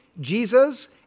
Jesus